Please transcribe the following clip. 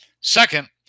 Second